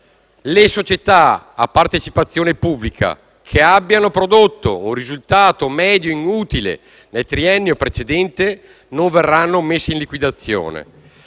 le società a partecipazione pubblica che abbiano prodotto un risultato medio in utile nel triennio precedente non verranno messe in liquidazione;